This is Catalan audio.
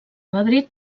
madrid